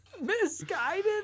Misguided